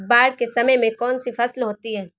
बाढ़ के समय में कौन सी फसल होती है?